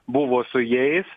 buvo su jais